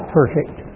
perfect